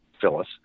Phyllis